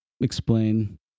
explain